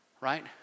Right